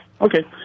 Okay